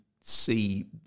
see